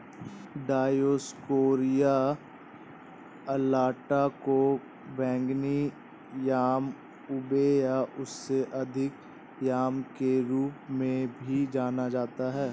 Dioscorea alata को बैंगनी yam ube या उससे अधिक याम के रूप में भी जाना जाता है